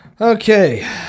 Okay